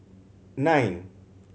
nine